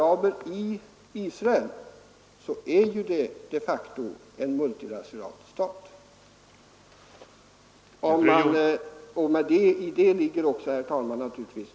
I det ligger naturligtvis också, herr talman, att alla människor skall behandlas efter samma lagar, ha samma rättigheter och samma skyldigheter.